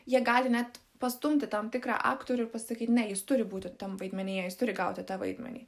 jie gali net pastumti tam tikrą aktorių pasakyt ne jis turi būti tam vaidmenyje jis turi gauti tą vaidmenį